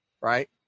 right